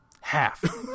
Half